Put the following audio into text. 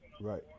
Right